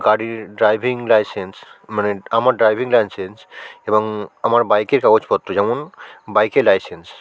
গাড়ির driving licence মানে আমার ড্রাইভিং লাইসেন্স এবং আমার বাইকের কাগজপত্র যেমন বাইকের লাইসেন্স